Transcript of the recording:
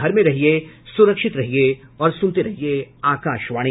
घर में रहिये सुरक्षित रहिये और सुनते रहिये आकाशवाणी